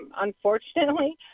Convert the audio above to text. Unfortunately